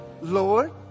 Lord